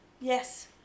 Yes